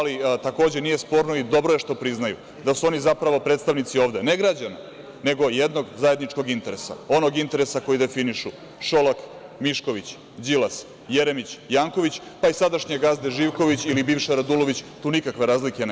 Nije sporno i dobro je što priznaju da su oni zapravo predstavnici ovde, ne građana, nego jednog zajedničkog interesa, onog interesa koji definišu Šolak, Mišković, Đilas, Jeremić, Janković, pa i sadašnje gazde Živković ili bivša Radulović, tu nikakve razlike nema.